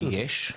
יש.